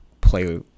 play